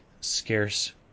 scarce